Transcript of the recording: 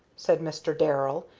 said mr. darrell,